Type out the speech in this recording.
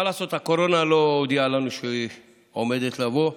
מה לעשות, הקורונה לא הודיעה לנו שהיא עומדת לבוא,